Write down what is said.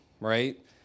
right